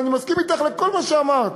אני מסכים אתך בכל מה שאמרת: